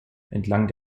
entlang